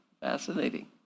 Fascinating